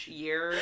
year